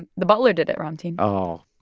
the butler did it, ramtin oh,